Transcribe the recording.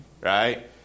Right